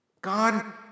God